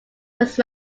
whose